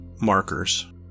markers